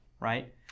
right